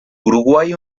uruguay